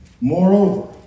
Moreover